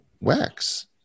wax